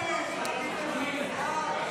הטבות בנקאית),